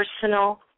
personal